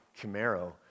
Camaro